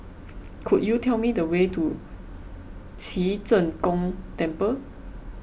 could you tell me the way to Ci Zheng Gong Temple